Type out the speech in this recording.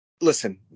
listen